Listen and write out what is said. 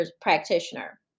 practitioner